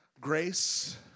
grace